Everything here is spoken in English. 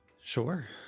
Sure